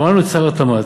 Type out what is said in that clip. שמענו את שר התמ"ת,